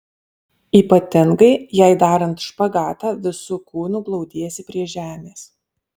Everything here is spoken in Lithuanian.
ypatingai jei darant špagatą visu kūnu glaudiesi prie žemės